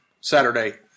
Saturday